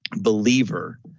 believer